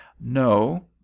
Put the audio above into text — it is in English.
No